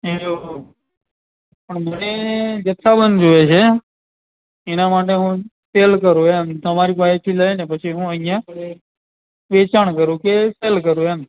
એવું પણ મને જથ્થાબંધ જોઈએ છે એના માટે હું સેલ કરું એમ તમારી પાસેથી લઈને પછી હું અહિયાં વેચાણ કરું કે સેલ કરું એમ